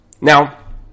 Now